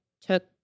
took